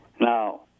Now